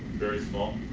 very small.